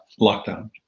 lockdown